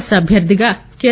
yes అభ్వర్గిగా K